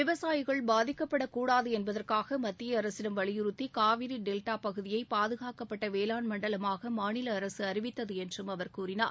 விவசாயிகள் பாதிக்கப்படக் கூடாது என்பதற்காக மத்திய அரசிடம் வலியுறத்தி காவிரி டெல்டா பகுதியை பாதுகாக்கப்பட்ட வேளாண் மண்டலமாக மாநில அரசு அறிவித்தது என்றும் அவர் கூறினார்